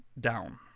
down